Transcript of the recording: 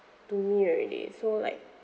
to me already so like